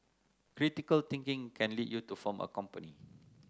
critical thinking can lead you to form a company